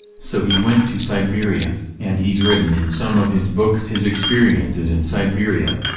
so he went to siberia, and he's written in some of his books his experiences in siberia.